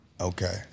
Okay